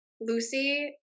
Lucy